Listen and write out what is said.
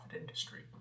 industry